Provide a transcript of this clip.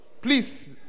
please